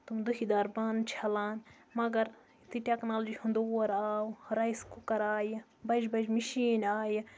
تِم دُہہِ دار بانہٕ چھَلان مَگر یُتھُے ٹٮ۪کنالجی ہُنٛد دور آو رایِس کُکَر آیہِ بَجہِ بَجہِ مِشیٖن آیہِ